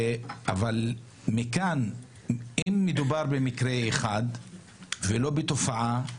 אבל מכאן, אם מדובר במקרה אחד ולא בתופעה,